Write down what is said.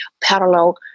parallel